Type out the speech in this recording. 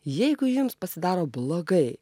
jeigu jums pasidaro blogai